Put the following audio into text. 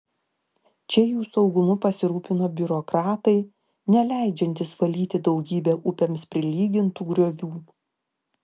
čia jų saugumu pasirūpino biurokratai neleidžiantys valyti daugybę upėms prilygintų griovių